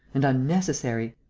and unnecessary.